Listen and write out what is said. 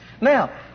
Now